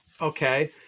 Okay